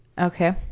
Okay